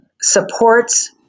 supports